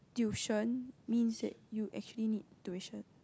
tuition means that you actually need tuition